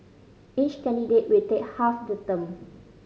each candidate will take half the term